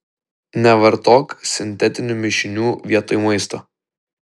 nevartok sintetinių mišinių vietoj maisto